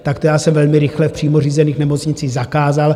Tak to jsem velmi rychle v přímo řízených nemocnicích zakázal.